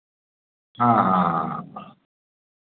हाँ हाँ हाँ हाँ